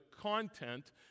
content